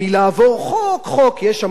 הרי יש המון חוקים בספר החוקים,